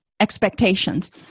Expectations